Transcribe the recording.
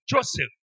Joseph